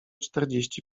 czterdzieści